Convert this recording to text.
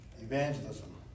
evangelism